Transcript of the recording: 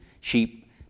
sheep